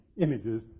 images